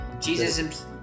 Jesus